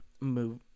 move